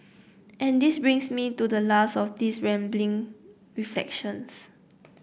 and this brings me to the last of these rambling reflections